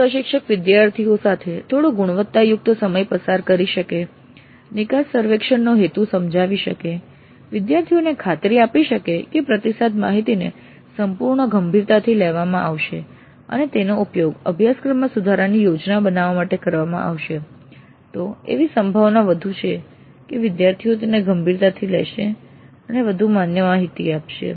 જો પ્રશિક્ષક વિદ્યાર્થીઓ સાથે થોડો ગુણવત્તાયુક્ત સમય પસાર કરી શકે નિકાસ સર્વેક્ષણનો હેતુ સમજાવી શકે વિદ્યાર્થીઓને ખાતરી આપી શકે કે પ્રતિસાદ માહિતીને સંપૂર્ણ ગંભીરતાથી લેવામાં આવશે અને તેનો ઉપયોગ અભ્યાસક્રમમાં સુધારાની યોજના બનાવવા માટે કરવામાં આવશે તો એવી સંભાવના વધુ છે કે વિદ્યાર્થીઓ તેને ગંભીરતાથી લેશે અને વધુ માન્ય માહિતી આપશે